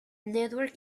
network